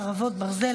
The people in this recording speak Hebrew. חרבות ברזל),